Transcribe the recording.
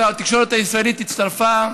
והתקשורת הישראלית הצטרפה,